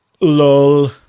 Lol